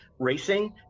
racing